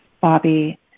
Bobby